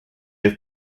have